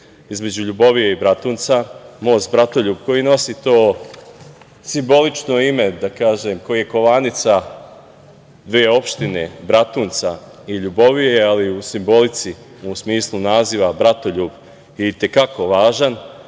između Ljubovije i Bratunca, most „Bratoljub“ koji nosi to simbolično ime, da kažem, koji je kovanica dve opštine – Bratunca i Ljubovije, ali i u simbolici, a u smislu naziva „Bratoljub“, je i te kako važan,